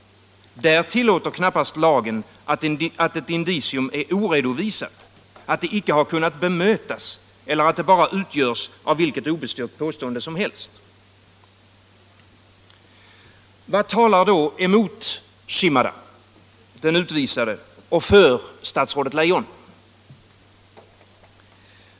Där tillåter knappast lagen att ett indicium är oredovisat, att det icke kunnat bemötas eller att det bara utgörs av vilket obestyrkt påstående som helst. Vad talar då emot Shimada, den utvisade, och för statsrådet Leijon?